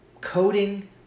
coding